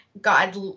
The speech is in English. God